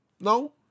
No